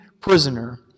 prisoner